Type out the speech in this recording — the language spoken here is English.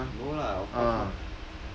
no lah of course not